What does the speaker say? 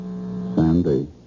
Sandy